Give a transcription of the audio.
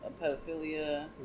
pedophilia